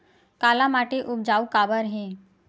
काला माटी उपजाऊ काबर हे?